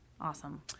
Awesome